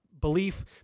belief